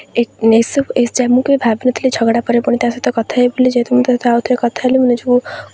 ଏ ଏସବୁ ମୁଁ କେବେ ଭାବି ନଥିଲି ଝଗଡ଼ା ପରେ ପୁଣି ତା'ସହିତ କଥା ହେବି ବୋଲି ଯେହେତୁ ମୁଁ ଆଉଥରେ କଥା ହେଲି ମୁଁ ନିଜକୁ ଖୁସି ଲାଗୁଛି